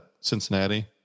Cincinnati